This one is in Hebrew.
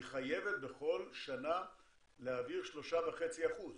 היא חייבת בכל שנה להעביר 3.5%,